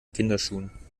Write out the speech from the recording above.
kinderschuhen